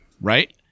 right